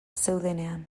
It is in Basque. zeudenean